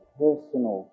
personal